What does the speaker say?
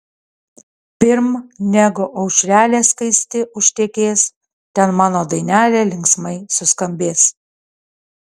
pirm negu aušrelė skaisti užtekės ten mano dainelė linksmai suskambės